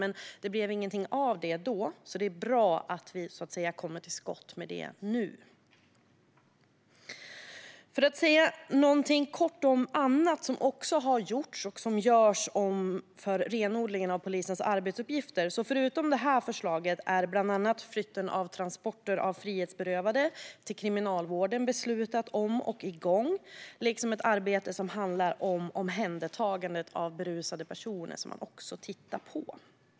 Men det blev ingenting av det då, så det är bra att vi så att säga kommer till skott med det nu. Jag ska säga något kort om annat som också har gjorts och görs för renodlingen av polisens arbetsuppgifter. Förutom det här förslaget är bland annat flytten av transporter av frihetsberövade till Kriminalvården beslutat om och igång, och ett arbete som handlar om omhändertagandet av berusade personer är också igång.